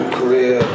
career